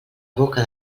boca